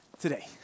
today